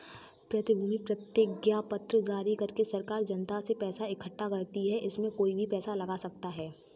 प्रतिभूति प्रतिज्ञापत्र जारी करके सरकार जनता से पैसा इकठ्ठा करती है, इसमें कोई भी पैसा लगा सकता है